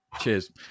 Cheers